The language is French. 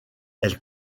elle